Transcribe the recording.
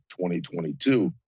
2022